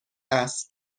است